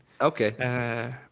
Okay